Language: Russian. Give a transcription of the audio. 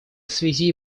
связи